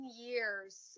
years